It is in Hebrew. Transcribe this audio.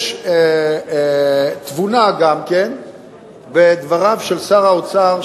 יש תבונה גם בדבריו של שר האוצר,